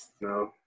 no